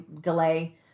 delay